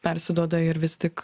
persiduoda ir vis tik